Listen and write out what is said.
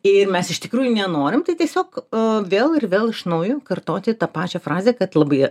ir mes iš tikrųjų nenorim tai tiesiog vėl ir vėl iš naujo kartoti tą pačią frazę kad labai